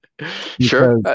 Sure